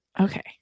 Okay